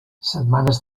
setmanes